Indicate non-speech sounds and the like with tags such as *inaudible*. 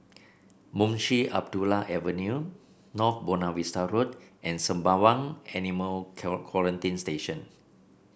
Munshi Abdullah Avenue North Buona Vista Road and Sembawang Animal *unintelligible* Quarantine Station